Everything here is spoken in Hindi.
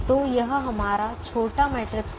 तो यह हमारा छोटा मैट्रिक्स है